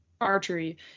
archery